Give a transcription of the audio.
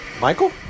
Michael